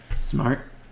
Smart